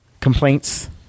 complaints